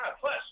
Plus